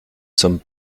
sommes